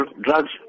drugs